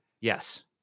Yes